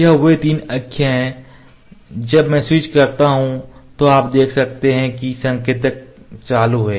यह वे तीन अक्ष हैं जब मैं स्विच करता हूं तो आप देख सकते हैं कि संकेतक चालू है